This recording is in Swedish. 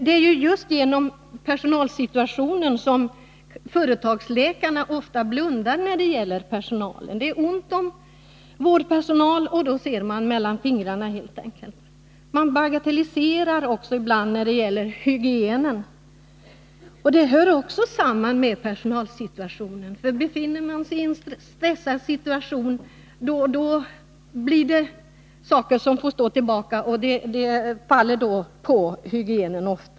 Det är också just på grund av personalsituationen som företagsläkarna ofta blundar när det gäller personalen. Det är ont om vårdpersonal, och därför ser man helt enkelt genom fingrarna med saken. Man bagatelliserar ibland när det gäller hygienen, vilket också hör samman med personalsituationen. Befinner man sig i en stressad situation får olika saker stå tillbaka, och det går ofta ut över hygienen.